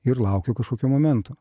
ir laukiu kažkokio momento